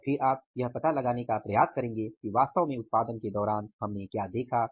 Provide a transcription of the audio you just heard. और फिर आप यह पता लगाने का प्रयास करेंगे कि वास्तव में उत्पादन के दौरान हमने क्या देखा